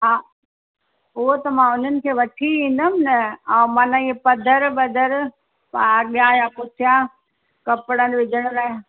हा उहा त मां हुननि खे वठी ईंदमि न ऐं मन ही पदर वदर हा अॻियां या पुठियां कपिड़नि विझण लाइ